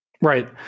Right